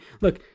look